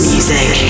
Music